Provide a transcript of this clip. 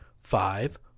five